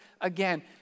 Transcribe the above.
again